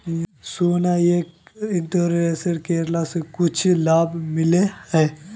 सोना यह इंश्योरेंस करेला से कुछ लाभ मिले है?